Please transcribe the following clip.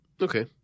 Okay